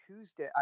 Tuesday